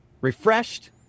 refreshed